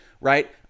right